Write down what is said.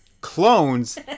clones